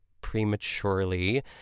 prematurely